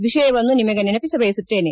ವಿಷಯವನ್ನು ನಿಮಗೆ ನೆನಪಿಸ ಬಯಸುತ್ತೇನೆ